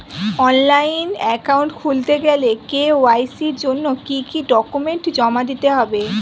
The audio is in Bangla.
অনলাইন একাউন্ট খুলতে গেলে কে.ওয়াই.সি জন্য কি কি ডকুমেন্ট জমা দিতে হবে?